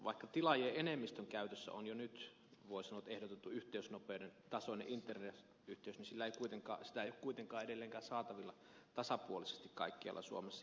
vaikka tilaajien enemmistön käytössä on jo nyt voi sanoa ehdotetun yhteysnopeuden tasoinen internetyhteys niin sitä ei ole kuitenkaan edelleenkään saatavilla tasapuolisesti kaikkialla suomessa